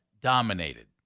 dominated